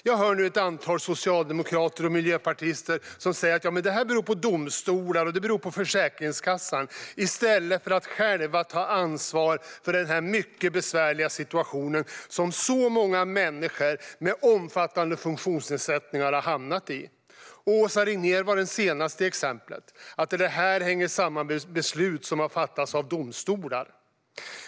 Jag hör nu ett antal socialdemokrater och miljöpartister säga att detta beror på domstolar eller på Försäkringskassan i stället för att själva ta ansvar för den mycket besvärliga situation som så många människor med omfattande funktionsnedsättningar har hamnat i. Åsa Regnér var den senaste i raden att säga att detta hänger samman med beslut som har fattats av domstolar.